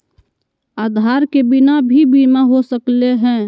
आधार के बिना भी बीमा हो सकले है?